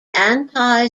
anti